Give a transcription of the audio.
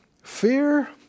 fear